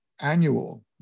annual